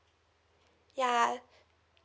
yeah